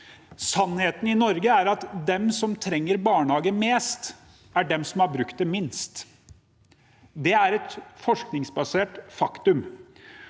sannheten er at de som trenger barnehage mest i Norge, er de som har brukt det minst. Det er et forskningsbasert faktum.